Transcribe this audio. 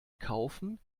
kaufen